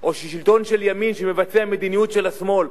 או שלטון של ימין שמבצע מדיניות של השמאל,